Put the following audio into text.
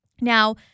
Now